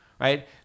right